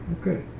Okay